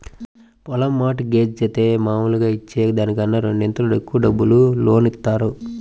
పొలం mortgage జేత్తే మాములుగా ఇచ్చే దానికన్నా రెండింతలు ఎక్కువ డబ్బులు లోను ఇత్తారు